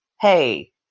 hey